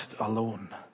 alone